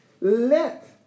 Let